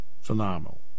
phenomenal